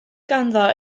ganddo